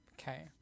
Okay